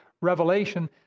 revelation